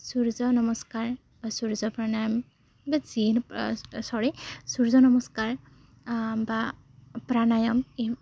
সূৰ্য নমস্কাৰ সূৰ্য প্ৰাণায়াম বা যি চৰি সূৰ্য নমস্কাৰ বা প্ৰাণায়াম এই